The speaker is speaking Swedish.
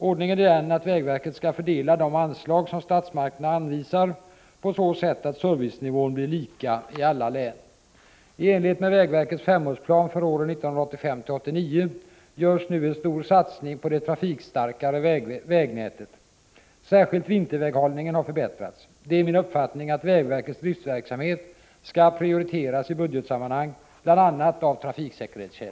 Ordningen är den att vägverket skall fördela de anslag som statsmakterna anvisar på så sätt att servicenivån blir lika i alla län. I enlighet med vägverkets femårsplan för åren 1985-1989 görs nu en stor satsning på det trafikstarkare vägnätet. Särskilt vinterväghållningen har förbättrats. Det är min uppfattning att vägverkets driftverksamhet skall prioriteras i budgetsammanhang, bl.a. av trafiksäkerhetsskäl.